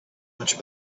much